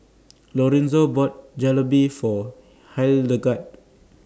Lorenzo bought Jalebi For Hildegard